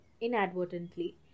inadvertently